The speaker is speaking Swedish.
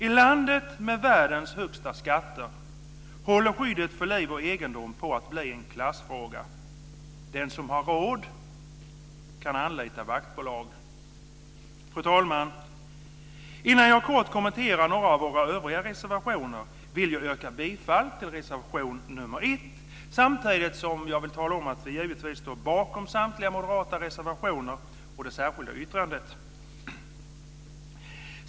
I landet med världens högsta skatter håller skyddet för liv och egendom på att bli en klassfråga. Den som har råd kan anlita vaktbolag. Fru talman! Innan jag kort kommenterar några av våra övriga reservationer vill jag yrka bifall till reservation nr 1 samtidigt som jag vill tala om att vi givetvis står bakom samtliga moderata reservationer och det särskilda yttrandet.